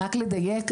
רק לדייק,